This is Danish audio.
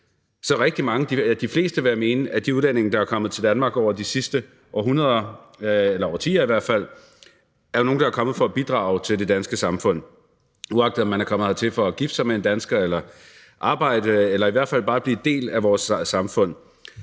Alliance, vil de fleste mene, at de udlændinge, der er kommet til Danmark igennem det sidste århundrede – eller i hvert fald årtier – er nogle, der er kommet for at bidrage til det danske samfund, uanset om de er kommet hertil for at gifte sig med en dansker, for at arbejde eller i hvert fald bare blive en del af vores samfund.